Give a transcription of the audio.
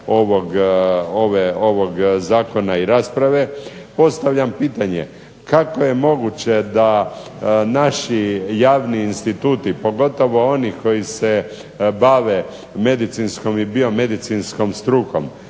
ovog zakona i rasprave. Postavljam pitanje kako je moguće da naši javni instituti, pogotovo oni koji se bave medicinskom i biomedicinskom strukom,